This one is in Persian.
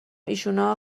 ایشونا